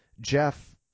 Jeff